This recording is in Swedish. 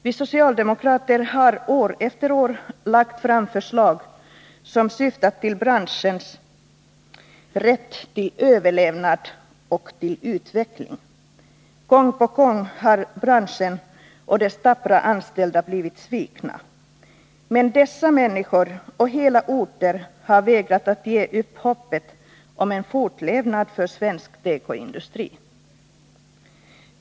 Vi socialdemokrater har år efter år lagt fram förslag som syftat till branschens rätt till överlevnad och utveckling. Gång på gång har branschen och dess tappra anställda blivit svikna. Men dessa människor och hela orter har vägrat att ge upp hoppet om en fortlevnad för svensk tekoindustri.